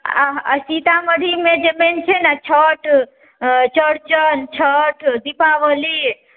सीतामढ़ीमे जे मेन छै ने छठ चौरचन छठ दीपावली